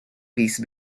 piece